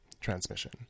transmission